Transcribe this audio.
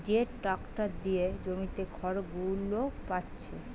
যে ট্যাক্টর দিয়ে জমিতে খড়গুলো পাচ্ছে